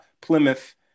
Plymouth